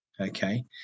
okay